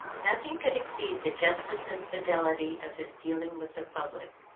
nothing could exceed the justice and fidelity of his dealing with the public.